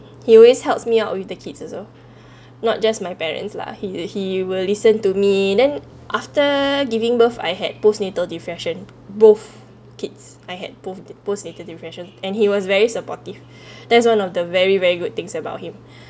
he always helps me out with the kids also not just my parents lah he he will listen to me then after giving birth I had post natal depression both kids I had both the post natal depression and he was very supportive that's one of the very very good things about him